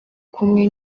kumwe